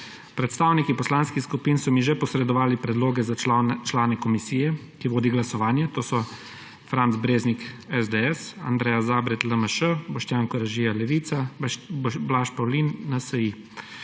Predstavniki poslanskih skupin so mi že posredovali predloge za člane komisije, ki vodi glasovanje. To so Franc Breznik, SDS, Andreja Zabret, LMŠ, Boštjan Koražija, Levica, Blaž Pavlin, NSi.